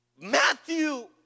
Matthew